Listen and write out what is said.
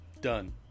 Done